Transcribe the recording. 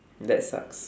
that sucks